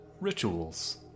rituals